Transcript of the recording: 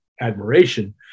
admiration